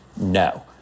no